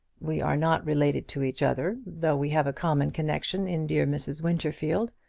we are not related to each other, though we have a common connection in dear mrs. winterfield.